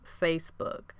Facebook